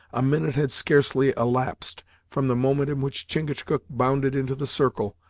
a minute had scarcely elapsed from the moment in which chingachgook bounded into the circle,